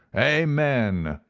amen!